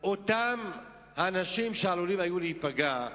אותם האנשים שעלולים היו להיפגע,